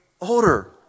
older